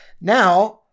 Now